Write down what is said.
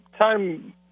time